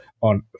on